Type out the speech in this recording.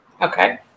Okay